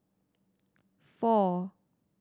four